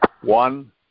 One